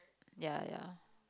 ya ya